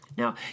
Now